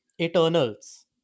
eternals